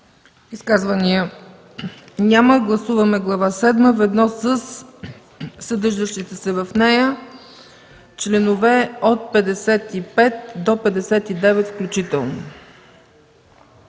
Изказвания? Няма. Гласуваме Глава седма, ведно със съдържащите се в нея членове от 55 до 59 включително.